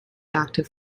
active